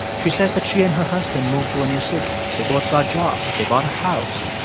she says that she and her husband moved to a new city. they both got jobs. they bought a house,